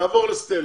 נעבור לסטלה.